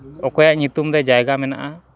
ᱚᱠᱚᱭᱟᱜ ᱧᱩᱛᱩᱢ ᱨᱮ ᱡᱟᱭᱜᱟ ᱢᱮᱱᱟᱜᱼᱟ